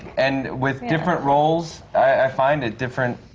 and with different roles, i find at different